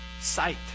Sight